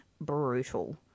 brutal